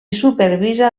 supervisa